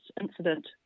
incident